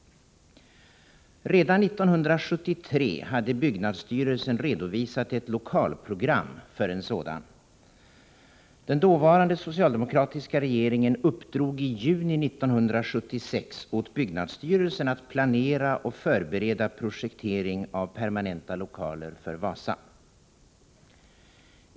Redan 1973 hade byggnadsstyrelsen redovisat ett lokalprogram för en sådan. Den "dåvarande socialdemokratiska regeringen uppdrog i juni 1976 åt byggnadsstyrelsen att planera och förbereda projektering av permanenta lokaler för Wasa.